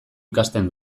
ikasten